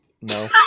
No